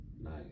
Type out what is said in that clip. nice